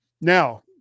Now